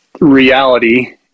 reality